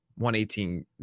118